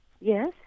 Yes